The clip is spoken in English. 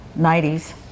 90s